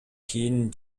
кийин